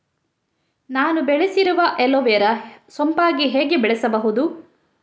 ನಾನು ಬೆಳೆಸಿರುವ ಅಲೋವೆರಾ ಸೋಂಪಾಗಿ ಹೇಗೆ ಬೆಳೆಸಬಹುದು?